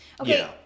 Okay